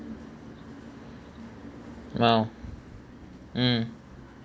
now mm